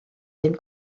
ddim